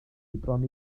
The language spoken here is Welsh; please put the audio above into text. bron